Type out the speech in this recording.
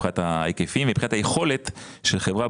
מבחינת ההיקפים ומבחינת היכולת של חברה